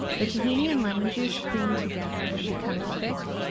the tahini and lemon juice cream together and become thick,